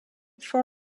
for